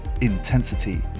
intensity